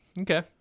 Okay